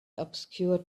obscure